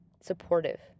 supportive